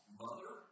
mother